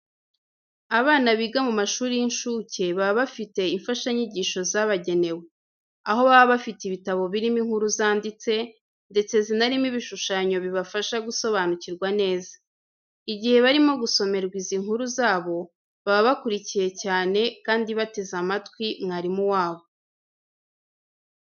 Abana biga mu mashuri y'incuke, baba bafite imfashanyigisho zabagenewe. Aho baba bafite ibitabo birimo inkuru zanditse, ndetse zinarimo ibishushanyo bibafasha gusobanukirwa neza. Igihe bari gusomerwa izi nkuru zabo, baba bakurikiye cyane kandi bateze amatwi mwarimu wabo.